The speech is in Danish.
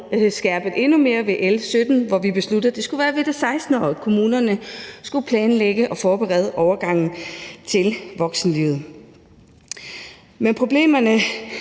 skærpet endnu mere ved L 17, hvor vi besluttede, at det skulle være ved det 16. år, kommunerne skulle planlægge og forberede overgangen til voksenlivet. Men problemerne